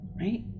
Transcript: right